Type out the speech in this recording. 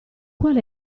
qual